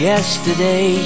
Yesterday